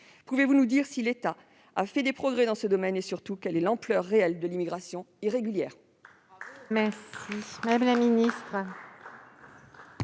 Pouvez-vous nous dire si l'État a fait des progrès dans ce domaine et, surtout, quelle est l'ampleur réelle de l'immigration irrégulière ?